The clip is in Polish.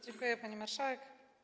Dziękuję, pani marszałek.